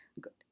Good